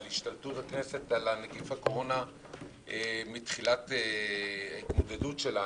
השתלטות הכנסת על נגיף הקורונה מתחילת ההתמודדות שלנו.